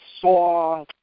saw